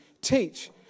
teach